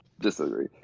Disagree